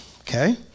okay